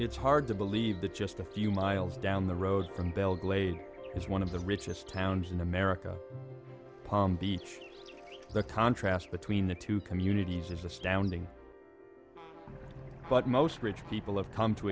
it's hard to believe that just a few miles down the road from belle glade is one of the richest towns in america palm beach the contrast between the two communities is astounding but most rich people have come to